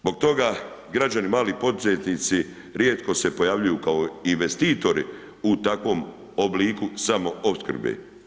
Zbog toga građani, mali poduzetnici, rijetko se pojavljuju kao investitori u takvom obliku samoopskrbe.